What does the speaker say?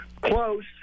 Close